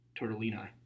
Tortellini